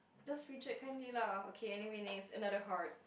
just reject kindly lah okay anyway another heart